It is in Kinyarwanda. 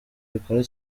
bikora